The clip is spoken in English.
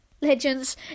legends